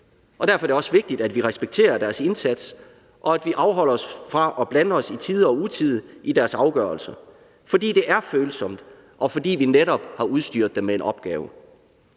Og derfor er det også vigtigt, at vi respekterer deres indsats, og at vi afholder os fra at blande os i deres afgørelser i tide og utide, fordi det er følsomt, og fordi vi netop har udstyret dem med en opgave.